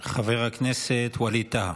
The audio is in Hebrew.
חבר הכנסת ווליד טאהא.